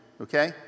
okay